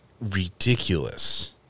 ridiculous